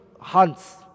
hunts